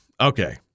Okay